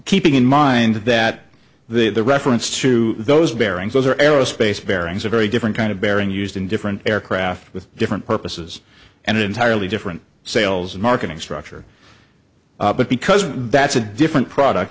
keeping in mind that the reference to those bearings those are aerospace bearings a very different kind of bearing used in different aircraft with different purposes and entirely different sales and marketing structure but because that's a different product